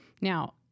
Now